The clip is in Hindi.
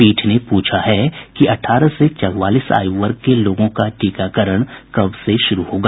पीठ ने पूछा है कि अठारह से चौवालीस आयु वर्ग के लोगों का टीकाकरण कब से शुरू होगा